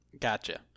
Gotcha